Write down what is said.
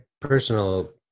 personal